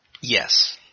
Yes